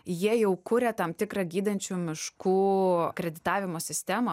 jie jau kuria tam tikrą gydančių miškų kreditavimo sistemą